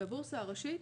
הבורסה הראשית